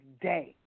Day